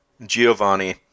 Giovanni